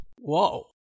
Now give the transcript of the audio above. Whoa